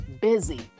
busy